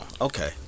Okay